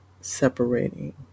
separating